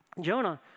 Jonah